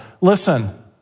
Listen